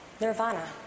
nirvana